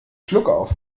schluckauf